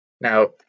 Now